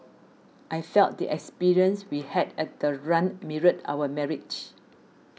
I felt the experience we had at the run mirrored our marriage